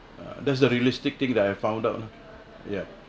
err that's the realistic thing that I found out lah ya